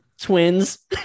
Twins